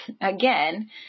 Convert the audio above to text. again